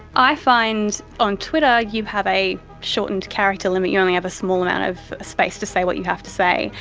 i find on twitter you have a shortened character limit, you only have a small amount of space to say what you have to say,